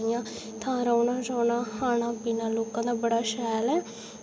इ'यां थां रौह्ना रौह्ना खाना पीना लोकें दा बड़ा शैल ऐ